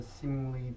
seemingly